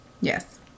Yes